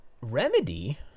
remedy